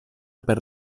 per